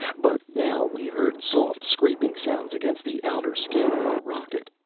but now we heard soft, scraping sounds against the outer skin of our rocket.